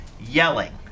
yelling